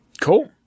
Cool